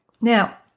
Now